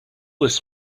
this